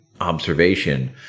observation